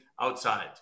outside